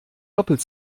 doppelt